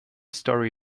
story